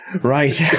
Right